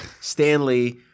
Stanley